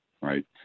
right